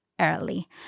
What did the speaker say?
early